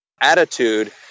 attitude